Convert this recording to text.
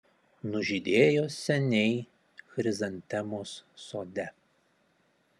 nužydėjo seniai chrizantemos sode